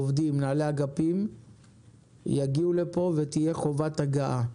עובדים ומנהלי אגפים יגיעו לכאן ותהיה חובת הגעה,